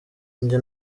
njye